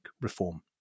reform